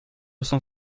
cent